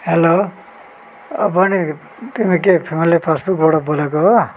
hello बैनी तिमी के फ्यामिली फास्टफुडबाट बोलेको हो